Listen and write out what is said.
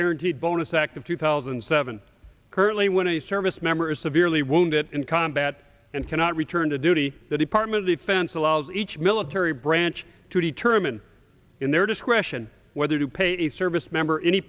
guaranteed bonus act of two thousand and seven currently when a service member is severely wounded in combat and cannot return to duty the department of defense allows each military branch to determine in their discretion whether to pay a service member any